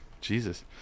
Jesus